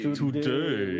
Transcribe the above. today